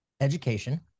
education